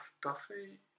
Duffy